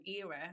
era